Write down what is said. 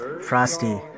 Frosty